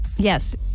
yes